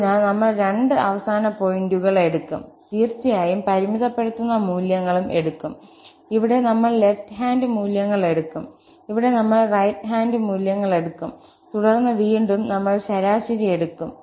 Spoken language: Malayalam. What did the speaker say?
അതിനാൽ നമ്മൾ രണ്ട് അവസാന പോയിന്റുകൾ എടുക്കും തീർച്ചയായും പരിമിതപ്പെടുത്തുന്ന മൂല്യങ്ങളും എടുക്കും ഇവിടെ നമ്മൾ ലെഫ്റ് ഹാൻഡ് മൂല്യങ്ങൾ എടുക്കും ഇവിടെ നമ്മൾ റൈറ്റ് ഹാൻഡ് മൂല്യങ്ങൾ എടുക്കും തുടർന്ന് വീണ്ടും നമ്മൾ ശരാശരി എടുക്കും